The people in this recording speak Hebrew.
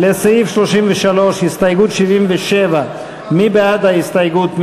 הסתייגות 77 לסעיף 33. מי בעד ההסתייגות?